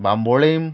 Bambolim